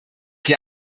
hier